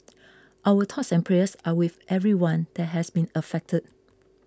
our thoughts and prayers are with everyone that has been affected